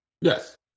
Yes